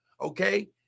okay